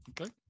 Okay